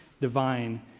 divine